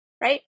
right